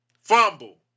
Fumble